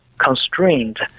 constrained